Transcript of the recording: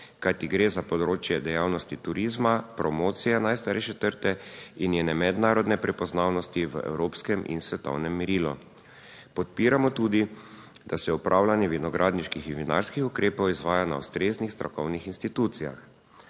kajti gre za področje dejavnosti turizma, promocije najstarejše trte in njene mednarodne prepoznavnosti v evropskem in svetovnem merilu. Podpiramo tudi, da se upravljanje vinogradniških in vinarskih ukrepov izvaja na ustreznih strokovnih institucijah.